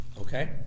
Okay